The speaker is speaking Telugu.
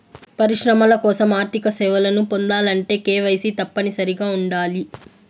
పరిశ్రమల కోసం ఆర్థిక సేవలను పొందాలంటే కేవైసీ తప్పనిసరిగా ఉండాలి